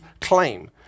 claim